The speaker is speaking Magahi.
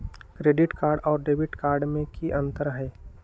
क्रेडिट कार्ड और डेबिट कार्ड में की अंतर हई?